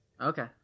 Okay